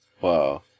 Wow